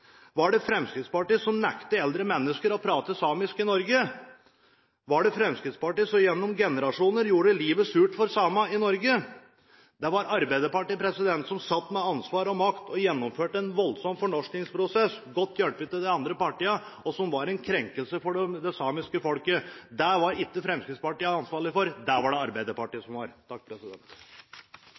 Var det Fremskrittspartiet som nektet eldre mennesker å prate samisk i Norge? Var det Fremskrittspartiet som gjennom generasjoner gjorde livet surt for samene i Norge? Det var Arbeiderpartiet som satt med ansvar og makt og gjennomførte – godt hjulpet av de andre partiene – en voldsom fornorskningsprosess som var en krenkelse for det samiske folk. Det var ikke Fremskrittspartiet ansvarlig for, det var det Arbeiderpartiet som var.